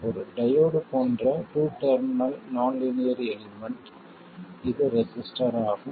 ஒரு டையோடு போன்ற two terminal non linear element இது ரெசிஸ்டர் ஆகும்